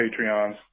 Patreons